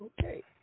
Okay